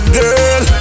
girl